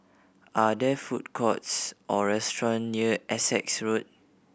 are there food courts or restaurant near Essex Road